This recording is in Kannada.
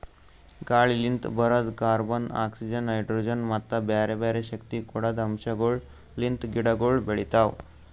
ಗಾಳಿಲಿಂತ್ ಬರದ್ ಕಾರ್ಬನ್, ಆಕ್ಸಿಜನ್, ಹೈಡ್ರೋಜನ್ ಮತ್ತ ಬ್ಯಾರೆ ಬ್ಯಾರೆ ಶಕ್ತಿ ಕೊಡದ್ ಅಂಶಗೊಳ್ ಲಿಂತ್ ಗಿಡಗೊಳ್ ಬೆಳಿತಾವ್